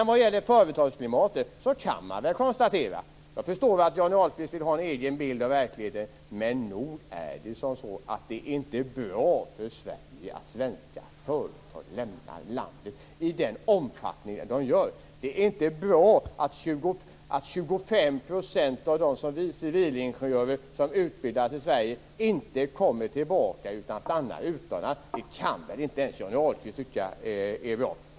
Vad gäller företagsklimatet kan jag förstå att Johnny Ahlqvist vill ha en egen bild av verkligheten. Men nog är det så att det inte är bra för Sverige att svenska företag lämnar landet i den omfattning de gör. Det är inte bra att 25 % av dem som blir civilingenjörer och som utbildas i Sverige inte kommer tillbaka, utan stannar utomlands. Det kan väl inte Johnny Ahlqvist tycka är bra.